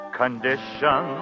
condition